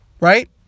right